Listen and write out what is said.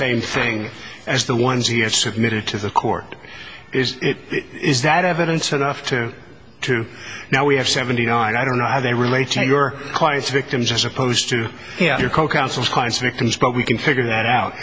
same thing as the ones he have submitted to the court is it is that evidence enough to to now we have seventy nine i don't know how they relate to your clients victims as opposed to your co counsels crimes victims but we can figure that out